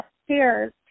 upstairs